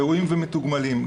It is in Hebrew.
ראויים ומתוגמלים.